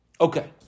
Okay